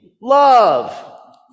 love